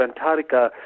Antarctica